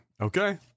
Okay